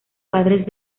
padres